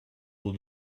will